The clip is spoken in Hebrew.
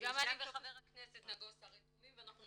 גם אני וחבר הכנסת נגוסה רתומים ואנחנו